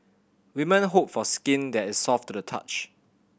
women hope for skin that is soft to the touch